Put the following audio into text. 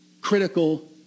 critical